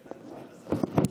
השר.